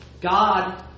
God